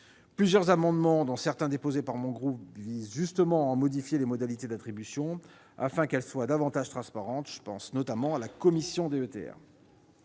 Plusieurs amendements, dont certains déposés au nom du RDSE, visent justement à en modifier les modalités d'attribution afin de les rendre plus transparentes : je pense notamment à la commission DETR.